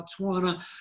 Botswana